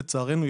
לצערנו,